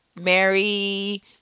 Mary